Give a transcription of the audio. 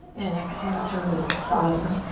and exhale to release, awesome.